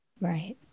Right